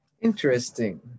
interesting